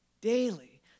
Daily